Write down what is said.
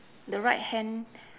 the right hand